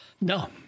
No